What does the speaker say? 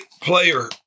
player